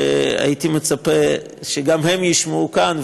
שהייתי מצפה שגם הם יישמעו כאן,